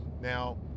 Now